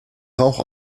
rauch